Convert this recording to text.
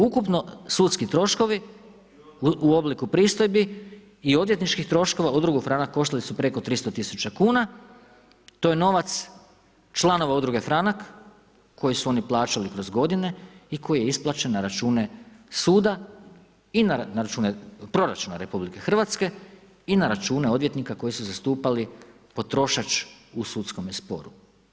Ukupno sudski troškovi u obliku pristojbi i odvjetničkih troškova, udrugu Franak koštali su preko 300 000 kuna, to je novac članova udruge Franak koji su oni plaćali kroz godine i koji je isplaćen na račune suda i na račune proračuna RH i na račune odvjetnika koji su zastupali potrošač u sudskome sportu.